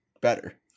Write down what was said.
better